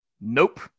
Nope